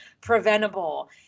preventable